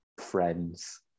friends